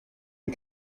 une